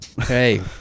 Hey